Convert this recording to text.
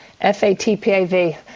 F-A-T-P-A-V